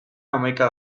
hamaika